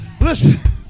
Listen